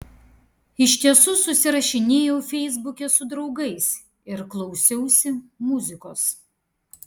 iš tiesų susirašinėjau feisbuke su draugais ir klausiausi muzikos